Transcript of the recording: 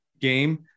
game